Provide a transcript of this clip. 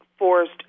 forced